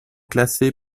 classé